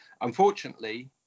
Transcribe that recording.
unfortunately